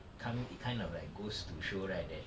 come it kind of like goes to show right that